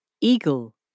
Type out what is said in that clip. Eagle